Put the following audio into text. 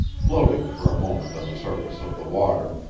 floating for a moment on the surface of the water,